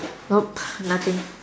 nope nothing